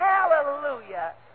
Hallelujah